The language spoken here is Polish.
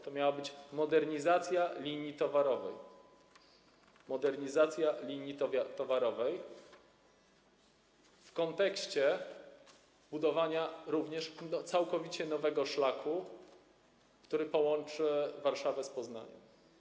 To miała być modernizacja linii towarowej, modernizacja linii towarowej, w kontekście budowania również całkowicie nowego szlaku, który połączy Warszawę z Poznaniem.